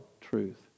truth